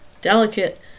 delicate